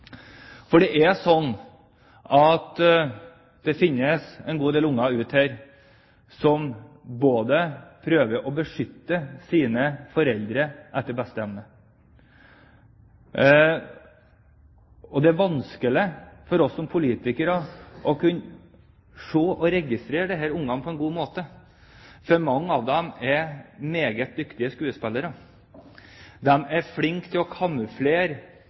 Det finnes en god del unger her ute som prøver å beskytte sine foreldre etter beste evne, og det er vanskelig for oss som politikere å kunne se og registrere disse ungene på en god måte, for mange av dem er meget dyktige skuespillere. De er flinke til å